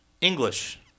English